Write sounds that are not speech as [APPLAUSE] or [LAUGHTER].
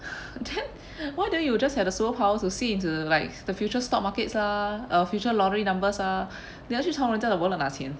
[BREATH] then why don't you just have a superpower to see into the like the future stock markets ah uh future lottery numbers ah 你要去从人家的 wallet 拿钱